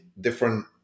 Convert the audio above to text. different